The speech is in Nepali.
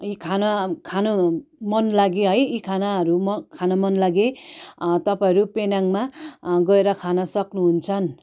यी खाना खानु मन लागे है यी खानाहरू म खानु मन लागे तपाईँहरू पेनाङमा गएर खान सक्नु हुन्छ